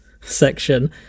section